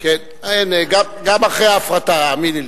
גם אחרי ההפרטה, האמיני לי.